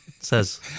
Says